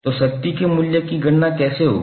तो शक्ति के मूल्य की गणना कैसे होगी